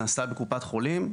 שנעשה בקופת חולים,